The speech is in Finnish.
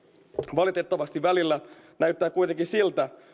valitettavasti välillä näyttää kuitenkin siltä